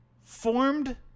Formed